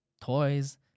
toys